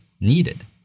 needed